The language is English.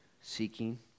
Seeking